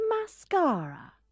mascara